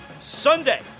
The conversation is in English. Sunday